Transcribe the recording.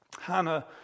Hannah